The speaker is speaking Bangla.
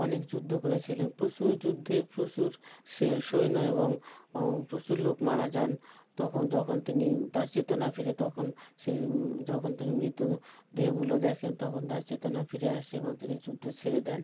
অনেক যুদ্ধ করেছিলেন প্রচুর যুদ্ধে প্রচুর সে সৈন্য এবং প্রচুর লোক মারা যান তখন যখন তিনি তার চেতনা ফেরে তখন সেই যখন তিনি মৃতদেহগুলো দেখেন তখন তার চেতনা ফিরে আসে এবং তিনি যুদ্ধ ছেড়ে দেন